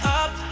up